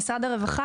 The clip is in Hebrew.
משרד הרווחה?